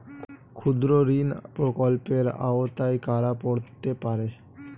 ক্ষুদ্রঋণ প্রকল্পের আওতায় কারা পড়তে পারে?